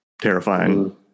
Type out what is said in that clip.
terrifying